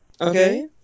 Okay